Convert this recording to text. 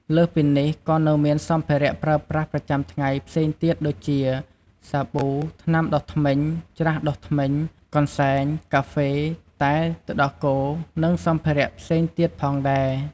លើសពីនេះ ក៏នៅមានសម្ភារៈប្រើប្រាស់ប្រចាំថ្ងៃផ្សេងទៀតដូចជា សាប៊ូ ថ្នាំដុសធ្មេញ ច្រាសដុសធ្មេញ កន្សែង កាហ្វេ តែ ទឹកដោះគោ និងសម្ភារៈផ្សេងទៀតផងដែរ។